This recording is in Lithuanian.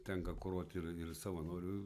tenka kuruot ir ir savanorių